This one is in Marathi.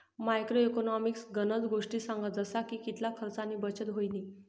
मॅक्रो इकॉनॉमिक्स गनज गोष्टी सांगस जसा की कितला खर्च आणि बचत व्हयनी